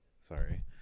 Sorry